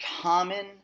common